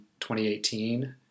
2018